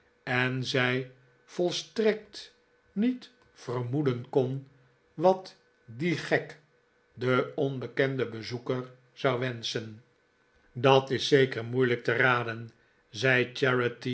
en zij volstrekt niet vermoeden kon wat die gek de onbekende bezoeker zou wehschen dat is zeker moeilijk te raden zei